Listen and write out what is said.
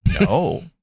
No